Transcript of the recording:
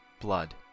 Blood